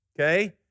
okay